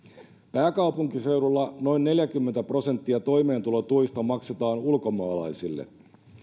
pääkaupunkiseudulla noin neljäkymmentä prosenttia toimeentulotuista maksetaan ulkomaalaisille